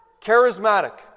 charismatic